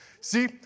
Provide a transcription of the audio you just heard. See